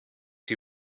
die